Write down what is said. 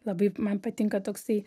labai man patinka toksai